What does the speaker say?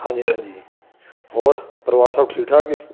ਹਾਂਜੀ ਹਾਂਜੀ ਹੋਰ ਪਰਿਵਾਰ ਸਭ ਠੀਕ ਠਾਕ ਹੈ